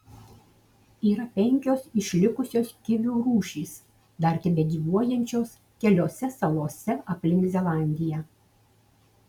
yra penkios išlikusios kivių rūšys dar tebegyvuojančios keliose salose aplink zelandiją